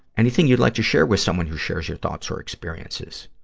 anything you'd like to share with someone who shares your thoughts or experiences?